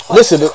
Listen